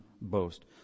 boast